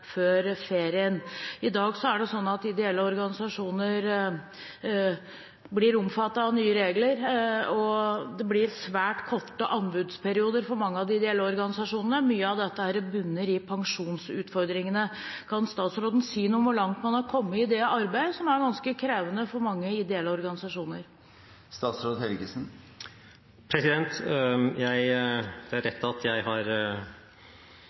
før ferien. I dag er det slik at ideelle organisasjoner blir omfattet av nye regler, og det blir svært korte anbudsperioder for mange av de ideelle organisasjonene. Mye av dette bunner i pensjonsutfordringene. Kan statsråden si noe om hvor langt man har kommet i det arbeidet, som er ganske krevende for mange ideelle organisasjoner? Det er rett at jeg har